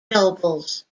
nobles